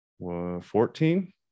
14